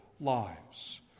lives